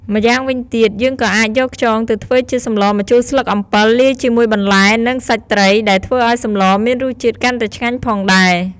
ម្យ៉ាងវិញទៀត យើងក៏អាចយកខ្យងទៅធ្វើជាសម្លរម្ជូរស្លឹកអំពិល លាយជាមួយបន្លែនិងសាច់ត្រី ដែលធ្វើឱ្យសម្លរមានរសជាតិកាន់តែឆ្ងាញ់ផងដែរ។